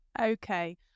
Okay